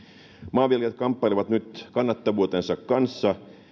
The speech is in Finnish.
maanviljelijät kamppailevat nyt kannattavuutensa kanssa